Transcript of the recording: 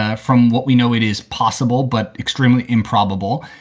ah from what we know, it is possible, but extremely improbable.